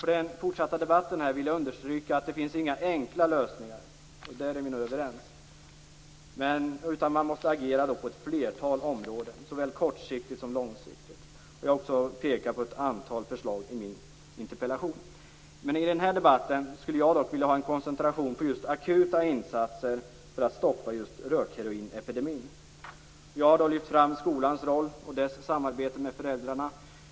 För den fortsatta debatten vill jag understryka att det inte finns några enkla lösningar - om detta är vi nog överens - utan man måste agera på ett flertal områden, såväl kortsiktigt som långsiktigt. Jag har också pekat på ett antal förslag i min interpellation. I den här debatten skulle jag dock vilja ha en koncentration på akuta insatser för att stoppa just rökheroinepidemin. Jag har lyft fram skolans roll och dess samarbete med föräldrarna.